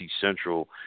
Central